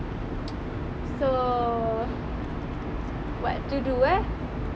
so what to do eh